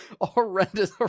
Horrendous